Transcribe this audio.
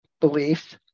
beliefs